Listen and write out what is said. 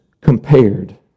compared